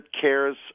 cares